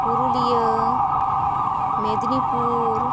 Purulia Midnapore